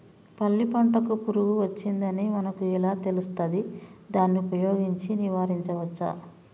పల్లి పంటకు పురుగు వచ్చిందని మనకు ఎలా తెలుస్తది దాన్ని ఉపయోగించి నివారించవచ్చా?